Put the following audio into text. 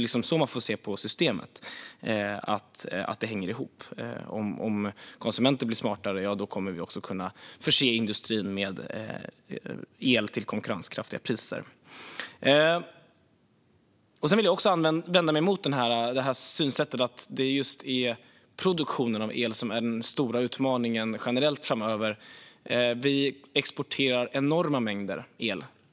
Det är så man får se på systemet: att det hänger ihop. Om konsumenterna blir smartare kommer vi att kunna förse industrin med el till konkurrenskraftiga priser. Jag vänder mig mot synsättet att det är just produktionen av el som är den stora utmaningen generellt framöver. Vi exporterar enorma mängder el.